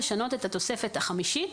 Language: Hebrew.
לשנות את התוספת החמישית.